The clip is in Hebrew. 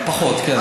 פחות או יותר, כן.